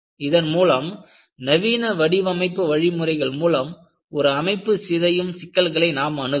இதன் மூலம் நவீன வடிவமைப்பு வழிமுறைகள் மூலம் ஒரு அமைப்பு சிதையும் சிக்கல்களை நாம் அணுகலாம்